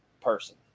person